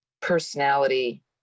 personality